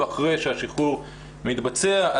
אחרי שהשחרור מתבצע.